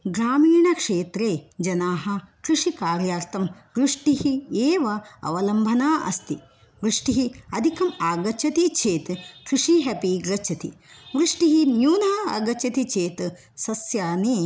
ग्रामीणक्षेत्रे जनाः कृषिकार्यार्थं वृष्टिः एव अवलम्बना अस्ति वृष्टिः अधिकम् आगच्छति चेत् कृषिः अपि गच्छति वृष्टिः न्यूनः आगच्छति चेत् सस्यानि